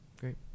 Great